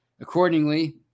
accordingly